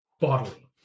Bodily